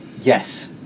Yes